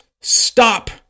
stop